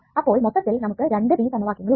അപ്പോൾ മൊത്തത്തിൽ നമുക്ക് 2 B സമവാക്യങ്ങൾ ഉണ്ട്